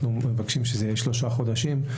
אנחנו מבקשים שזה יהיה שלושה חודשים.